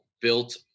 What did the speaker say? built